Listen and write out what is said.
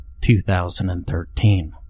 2013